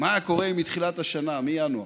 מה היה קורה אם מתחילת השנה, מינואר,